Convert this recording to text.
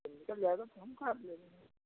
जब निकल जाएगा तो हम लेंगे